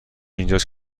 اینجاست